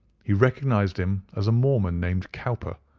he recognized him as a mormon named cowper,